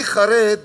אני חרד